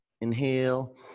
inhale